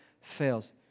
fails